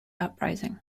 uprising